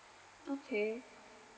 okay